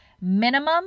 minimum